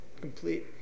complete